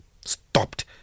stopped